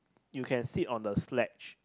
you can sit on the sledge